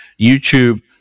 YouTube